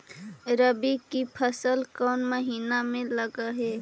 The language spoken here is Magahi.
रबी की फसल कोन महिना में लग है?